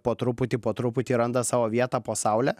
po truputį po truputį randa savo vietą po saule